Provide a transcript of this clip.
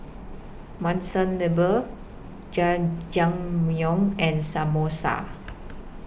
Monsunabe Jajangmyeon and Samosa